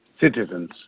citizens